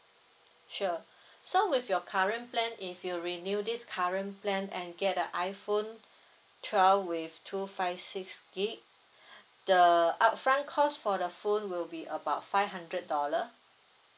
sure so with your current plan if you renew this current plan and get a iphone twelve with two five six gigabyte the upfront cost for the phone will be about five hundred dollar